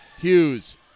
Hughes